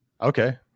Okay